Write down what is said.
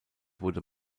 wurde